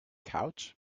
couch